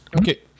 okay